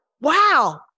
wow